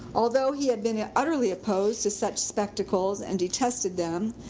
although he had been yeah utterly opposed to such spectacles and detested them,